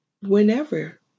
whenever